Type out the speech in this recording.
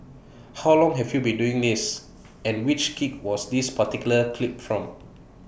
how long have you been doing this and which gig was this particular clip from